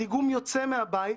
הדיגום יוצא מהבית,